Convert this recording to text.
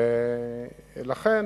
לכן,